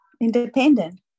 Independent